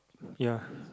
ya